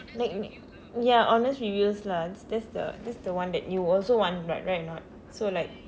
like ya honest reviews lah that's the that's the one that you also want right right or not so like